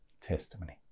testimony